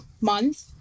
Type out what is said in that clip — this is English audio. month